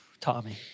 Tommy